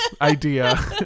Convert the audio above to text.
idea